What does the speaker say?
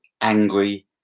angry